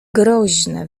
groźne